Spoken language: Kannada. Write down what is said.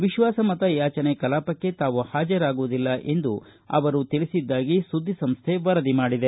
ವಿಶ್ವಾಸಮತಯಾಜನೆ ಕಲಾಪಕ್ಕೆ ತಾವು ಹಾಜರಾಗುವುದಿಲ್ಲ ಎಂದು ಅವರು ತಿಳಿಸಿದ್ದಾಗಿ ಸುದ್ದಿಸಂಸ್ದೆ ವರದಿ ಮಾಡಿದೆ